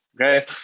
okay